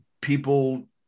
People